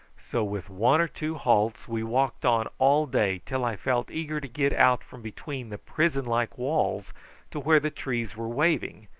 so with one or two halts we walked on all day till i felt eager to get out from between the prison-like walls to where the trees were waving,